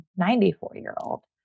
94-year-old